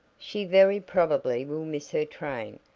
she very probably will miss her train,